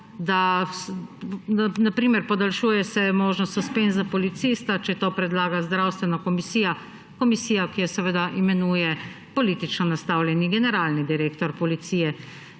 se podaljšuje možnost suspenza policista, če to predlaga zdravstvena komisija – komisija, ki jo seveda imenuje politično nastavljeni generalni direktor policije.